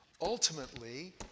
ultimately